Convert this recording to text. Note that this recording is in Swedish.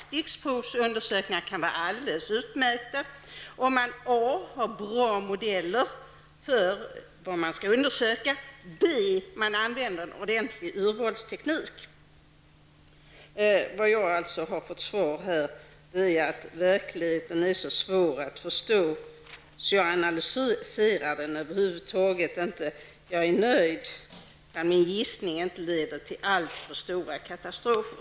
Stickprovsundersökningar kan vara alldeles utmärkta, om man a) har bra modeller för vad man skall undersöka, och b) använder en ordentlig urvalsteknik. Jag har här fått till svar att verkligheten är så svår att förstå att socialministern över huvud taget inte analyserar den -- hon är nöjd när hennes gissningar inte leder till alltför stora katastrofer.